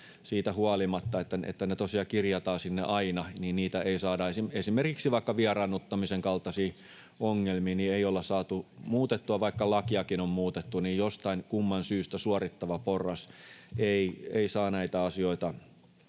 siitä huolimatta, että ne tosiaan kirjataan sinne aina, eikä niitä saada, esimerkiksi vaikka vieraannuttamisen kaltaisia ongelmia, muutettua, vaikka lakiakin on muutettu. Jostain kumman syystä suorittava porras ei saa näitä asioita